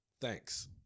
Thanks